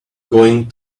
going